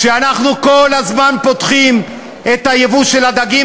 כשאנחנו כל הזמן פותחים את הייבוא של הדגים